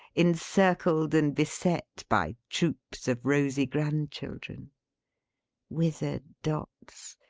encircled and beset by troops of rosy grand-children withered dots,